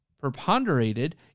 preponderated